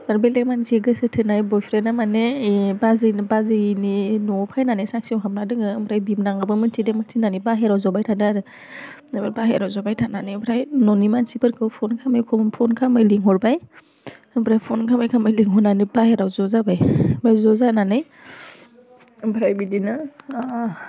आरो बेलेग मानसि गोसोथोनाय बयफ्रेना माने बि बाजै बाजैनि न'आव फैनानै सांसिङाव हाबना दङ ओमफ्राय बिबोनाङाबो मिथिदों मिथिनानै बाहिरायाव जबाय थादों आरो दा बे बाहेरायाव जबाय थानानै ओमफ्राय न'नि मानसिफोरखौ फन खालामै फन खालामै लिंहरबाय ओमफ्राय फन खालामै खालामै लिंहरनानै बाहेरायाव ज जाबाय ओमफाय ज' जानानै ओमफ्राय बिदिनो